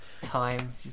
Time